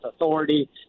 authority